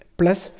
plus